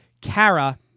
Kara